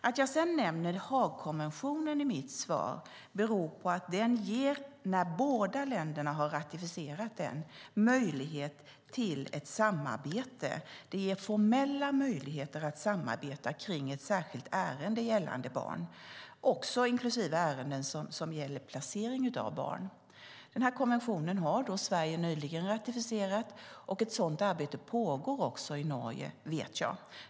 Att jag nämner Haagkonventionen i mitt svar beror på att den, när båda länderna har ratificerat den, ger formella möjligheter att samarbeta i ett särskilt ärende gällande barn. Det gäller också ärenden som rör placering av barn. Sverige har nyligen ratificerat konventionen, och jag vet att ett sådant arbete pågår även i Norge.